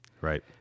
right